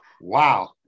Wow